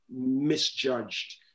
misjudged